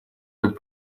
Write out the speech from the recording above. над